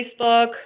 Facebook